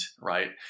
right